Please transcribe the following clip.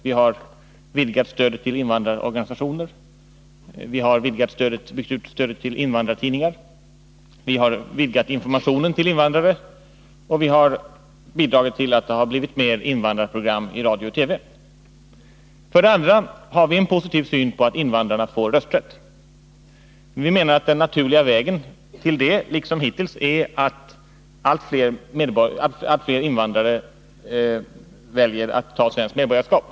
Vi har varit med om att vidga stödet till invandrarorganisationer, bygga upp stödet till invandrartidningar och utöka informationen till Nr 29 invandrare i olika sammanhang. Vi har också bidragit till att det har blivit fler invandrarprogram i radio och TV. För det andra har vi en positiv syn på att invandrarna får rösträtt. Vi anser att den naturliga vägen till det, liksom hittills, är att allt fler invandrare väljer att ta svenskt medborgarskap.